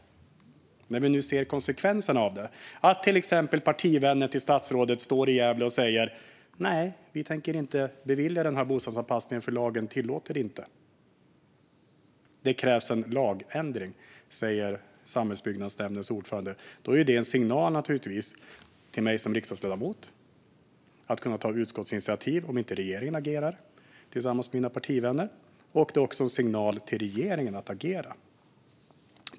Nu ser vi dock konsekvenserna av det när till exempel partivänner till statsrådet i Gävle säger: Nej, vi tänker inte bevilja den här bostadsanpassningen, för det tillåter inte lagen. När samhällsbyggnadsnämndens ordförande säger att det krävs en lagändring är det naturligtvis en signal till mig som riksdagsledamot att tillsammans med mina partivänner ta ett utskottsinitiativ, om regeringen inte agerar. Det är också en signal till regeringen att agera.